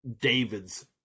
David's